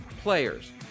players